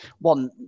one